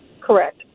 Correct